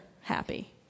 happy